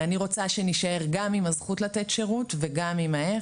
אני רוצה שנישאר גם עם הזכות לתת שירות וגם עם האיך,